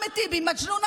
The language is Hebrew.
אחמד טיבי: מג'נונה,